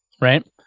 right